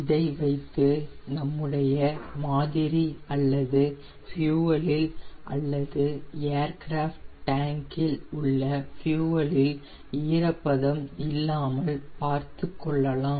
இதை வைத்து நம்முடைய மாதிரி அல்லது ஃபியூயலில் அல்லது ஏர்கிராஃப்ட் டேங்கில் உள்ள ஃபியூயலில் ஈரப்பதம் இல்லாமல் பார்த்துகொள்ளலாம்